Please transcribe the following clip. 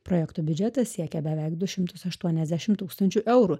projekto biudžetas siekia beveik du šimtus aštuoniasdešim tūkstančių eurų